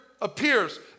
appears